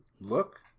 Look